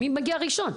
מי מגיע ראשון,